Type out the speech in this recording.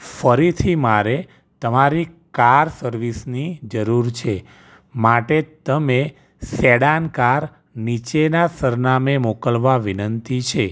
ફરીથી મારે તમારી કાર સર્વિસની જરૂર છે માટે તમે સેડાન કાર નીચેનાં સરનામે મોકલવા વિનંતી છે